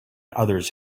others